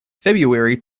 february